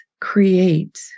create